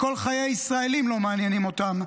גם חיי ישראלים לא מעניינים אותם,